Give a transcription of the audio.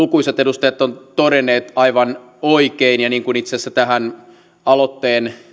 lukuisat edustajat ovat todenneet aivan oikein ja niin kuin itse asiassa aloitteen